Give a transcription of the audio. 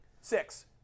Six